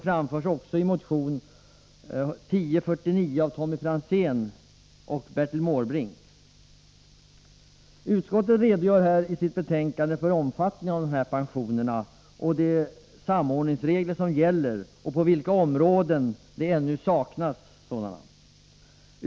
I sitt betänkande redogör utskottet för omfattningen av dessa pensioner, fitik de samordningsregler som gäller och på vilka områden det ännu saknas sådana regler.